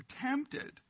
tempted